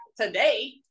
today